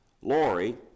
Lori